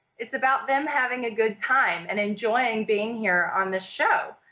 it's about them having a good time and enjoying being here on this show.